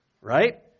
right